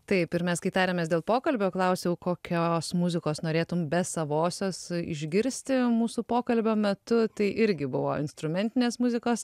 taip ir mes kai tarėmės dėl pokalbio klausiau kokios muzikos norėtum be savosios išgirsti mūsų pokalbio metu tai irgi buvo instrumentinės muzikos